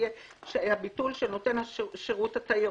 יבוא "הביטול של נותן שירות התיירות".